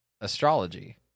Astrology